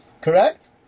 Correct